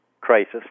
crisis